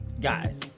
guys